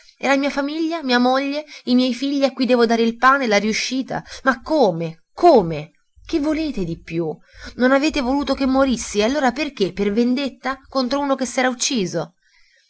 e la mia famiglia mia moglie i miei figli a cui devo dare il pane la riuscita ma come come che volete di più non avete voluto che morissi e allora perché per vendetta contro uno che s'era ucciso